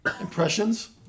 impressions